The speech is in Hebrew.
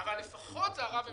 אבל לפחות זה הרע במיעוטו.